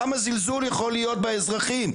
כמה זלזול יכול להיות באזרחים?